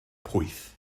pwyth